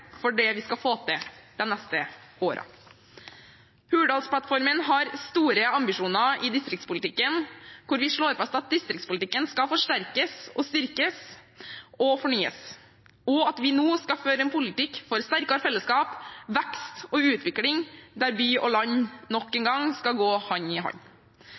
for det vi skal få til de neste årene. Hurdalsplattformen har store ambisjoner i distriktspolitikken. Der slår vi fast at distriktspolitikken skal forsterkes og styrkes og fornyes, og at vi nå skal føre en politikk for sterkere fellesskap, vekst og utvikling, der by og land nok en gang skal gå hand i hand.